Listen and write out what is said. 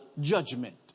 judgment